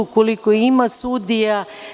Koliko ima sudija.